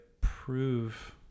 prove